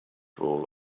rule